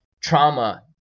trauma